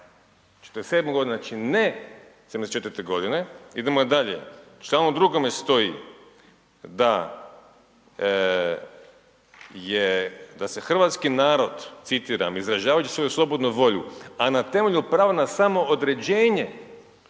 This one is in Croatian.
47.g., znači, ne 74.g. Idemo dalje, u čl. 2. stoji da se hrvatski narod citiram, izražavajući svoju slobodnu volju, a na temelju prava na samoodređenje,